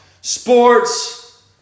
sports